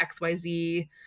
XYZ